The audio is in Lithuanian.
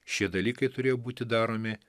šie dalykai turėjo būti daromi